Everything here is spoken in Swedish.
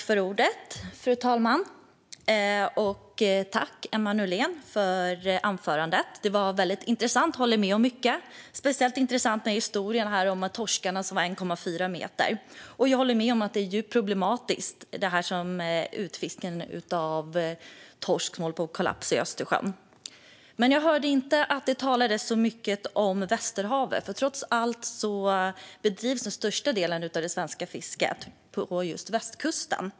Fru talman! Tack, Emma Nohrén, för anförandet! Det var väldigt intressant, och jag håller med om mycket. Speciellt intressant var historien om torskarna som var 1,4 meter långa. Jag håller med om att det är djupt problematiskt med torskfisket som håller på att kollapsa i Östersjön. Jag hörde dock inte att det talades så mycket om Västerhavet. Trots allt bedrivs ju den största delen av det svenska fisket på just västkusten.